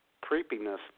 creepiness